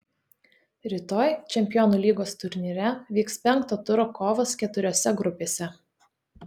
rytoj čempionų lygos turnyre vyks penkto turo kovos keturiose grupėse